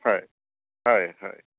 হয় হয় হয়